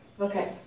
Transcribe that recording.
Okay